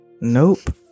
Nope